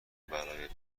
برای